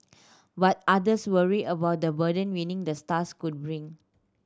but others worry about the burden winning the stars could bring